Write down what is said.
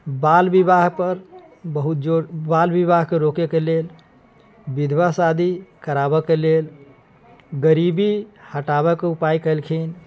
बाल विवाह पर बहुत जोर बाल विवाहके रोकयके लेल विधवा शादी कराबऽ के लेल गरीबी हटाबऽ के उपाय कयलखिन